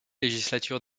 législature